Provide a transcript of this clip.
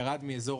ירד מאזור